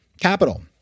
Capital